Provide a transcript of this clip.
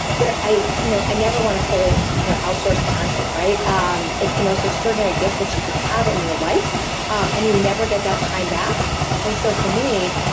but ah i you know i never want to fully you know outsource parenting. um it's the most extraordinary gift that you can have in your life um and you never get that time back and so for me,